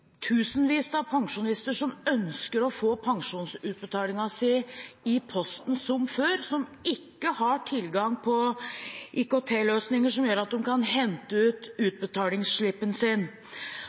tusenvis av pensjonister som ønsker å få pensjonsutbetalingen sin i posten som før, som ikke har tilgang på IKT-løsninger som gjør at de kan hente ut utbetalingsslippen sin.